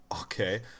Okay